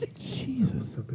Jesus